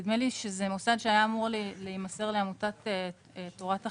נדמה לי שזה מוסד שהיה אמור להימסר לעמותת "תורת החיים".